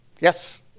Yes